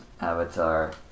avatar